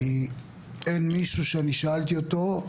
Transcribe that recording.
כי אין מישהו שאני שאלתי אותו,